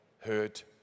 hurt